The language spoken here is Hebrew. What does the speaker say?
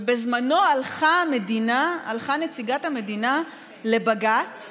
ובזמנו הלכה נציגת המדינה לבג"ץ